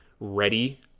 ready